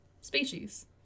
species